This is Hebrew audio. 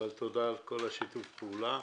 אבל תודה על כל שיתוף הפעולה.